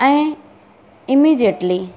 ऐं इमीजिएटली